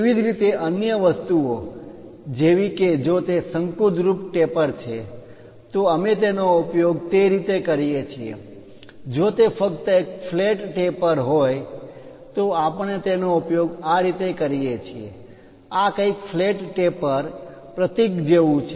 તેવી જ રીતે અન્ય વસ્તુઓ જેવી કે જો તે શંકુદ્રૂપ ટેપર છે તો અમે તેનો ઉપયોગ તે રીતે કરીએ છીએ જો તે ફક્ત એક ફ્લેટ ટેપર સપાટ ટેપર હોય તો આપણે તેનો ઉપયોગ આ રીતે કરીએ છીએ આ કંઈક ફ્લેટ ટેપર સપાટ ટેપર પ્રતીક જેવું છે